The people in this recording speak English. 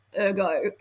ergo